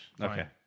Okay